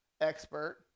expert